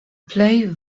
plej